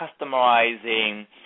customizing